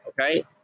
okay